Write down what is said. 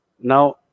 Now